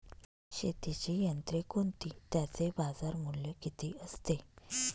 शेतीची यंत्रे कोणती? त्याचे बाजारमूल्य किती असते?